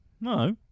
No